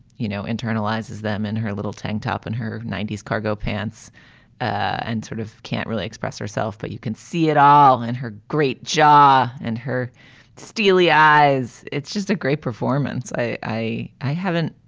you know, internalizes them in her little tank top in her ninety s cargo pants and sort of can't really express herself but you can see it all in and her great jar and her steely eyes. it's just a great performance. i, i i haven't.